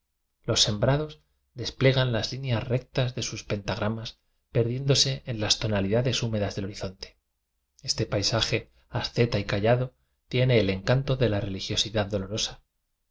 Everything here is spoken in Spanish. los sembrados desplegan las líneas rectas de sus pentagramas perdiéndose en las to nalidades húmedas del horizonte este pai saje asceta y callado tiene el encanto de la religiosidad dolorosa